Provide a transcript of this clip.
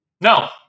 No